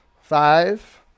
Five